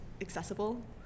accessible